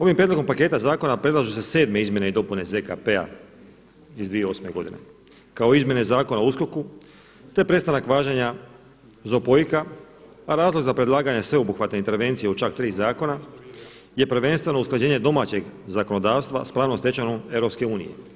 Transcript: Ovim prijedlogom paketa zakona predlažu se 7. izmjene i dopune ZKP-a iz 2008. godine kao i izmjene Zakona o USKOKU, te prestanak važenja ZPOIK-a a razlog za predlaganje sveobuhvatne intervencije u čak 3 zakona je prvenstveno usklađenje domaćeg zakonodavstva sa pravnom stečevinom EU.